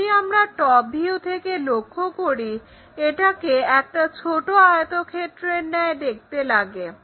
যদি আমরা top view থেকে লক্ষ্য করি এটাকে একটা ছোট আয়তক্ষেত্রের ন্যায় দেখতে লাগে